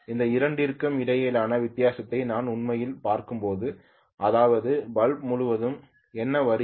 இந்த இரண்டிற்கும் இடையிலான வித்தியாசத்தை நான் உண்மையில் பார்க்கும்போது அதாவது பல்பு முழுவதும் என்ன வருகிறது